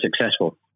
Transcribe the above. successful